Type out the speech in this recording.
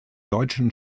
deutschen